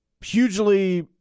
hugely –